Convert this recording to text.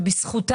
שלולא הם,